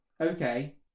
Okay